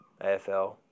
AFL